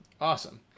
awesome